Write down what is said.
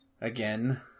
Again